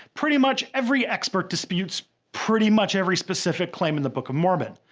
pretty much every expert disputes pretty much every specific claim in the book of mormon.